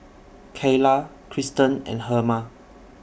Cayla Kristan and Herma